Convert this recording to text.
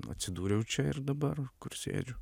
atsidūriau čia ir dabar sėdžiu